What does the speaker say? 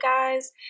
guys